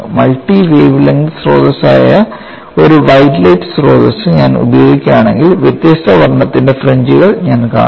multi wavelength സ്രോതസ്സായ ഒരു white light സ്രോതസ്സ് ഞാൻ ഉപയോഗിക്കുകയാണെങ്കിൽ വ്യത്യസ്ത വർണ്ണത്തിന്റെ ഫ്രിഞ്ച്കൾ ഞാൻ കാണും